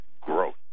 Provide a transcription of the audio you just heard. growth